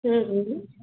ಹಾಂ ಹೇಳಿ